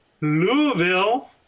Louisville